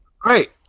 Great